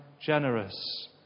generous